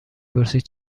پرسید